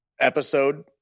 episode